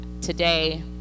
today